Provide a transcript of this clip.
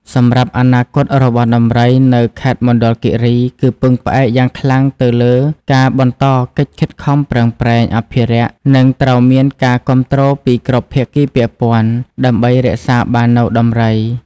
សម្រាប់អនាគតរបស់ដំរីនៅខេត្តមណ្ឌលគិរីគឺពឹងផ្អែកយ៉ាងខ្លាំងទៅលើការបន្តកិច្ចខិតខំប្រឹងប្រែងអភិរក្ស និងត្រូវមានការគាំទ្រពីគ្រប់ភាគីពាក់ព័ន្ធដើម្បីរក្សាបាននូវដំរី។